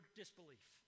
disbelief